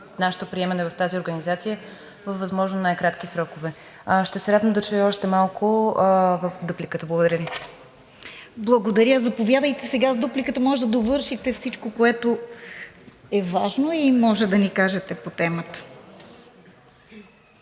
нашето приемане в тази организация във възможно най-кратки срокове. Ще се радвам да чуя още малко в дупликата. Благодаря Ви. ПРЕДСЕДАТЕЛ РОСИЦА КИРОВА: Благодаря. Заповядайте. Сега в дупликата може да довършите всичко, което е важно и може да ни кажете по темата.